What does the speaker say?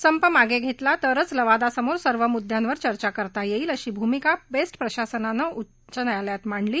संप मागे घेतला तरच लवादासमोर सर्व मुद्द्यांवर चर्चा करता येईल अशी भूमिका बेस्ट प्रशासनानं हायकोर्टात मांडली